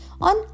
on